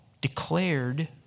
declared